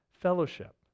fellowship